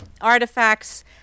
artifacts